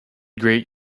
great